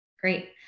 Great